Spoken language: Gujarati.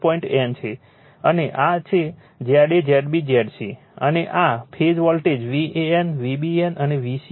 અને આ છે Z a Z b Z c અને આ ફેઝ વોલ્ટેજ VAN VBN અને VCN છે